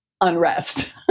unrest